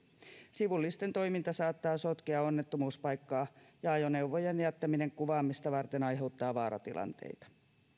sivullisten toiminta saattaa sotkea onnettomuuspaikkaa ja ajoneuvojen jättäminen kuvaamista varten aiheuttaa vaaratilanteita